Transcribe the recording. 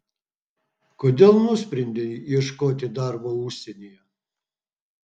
kodėl nusprendei ieškoti darbo užsienyje